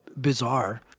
bizarre